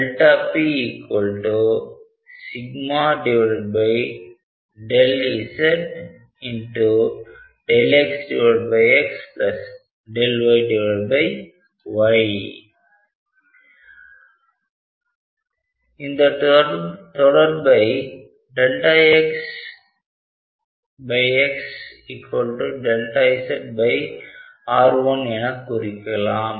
pxyz xy yx pΔz ΔxxΔyy இந்த தொடர்பை xx zR1 எனக் குறிக்கலாம்